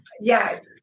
Yes